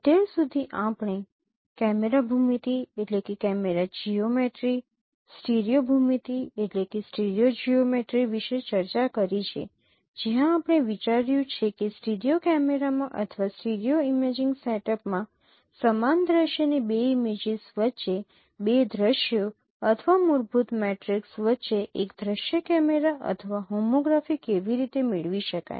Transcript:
અત્યાર સુધી આપણે કેમેરા ભૂમિતિ સ્ટીરિઓ ભૂમિતિ વિશે ચર્ચા કરી છે જ્યાં આપણે વિચાર્યું છે કે સ્ટીરિયો કેમેરામાં અથવા સ્ટીરિયો ઇમેજિંગ સેટઅપમાં સમાન દ્રશ્યની બે ઇમેજીસ વચ્ચે બે દ્રશ્યો અથવા મૂળભૂત મેટ્રિક્સ વચ્ચે એક દૃશ્ય કેમેરા અથવા હોમોગ્રાફી કેવી રીતે મેળવી શકાય